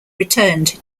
returned